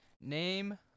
Name